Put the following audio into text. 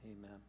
amen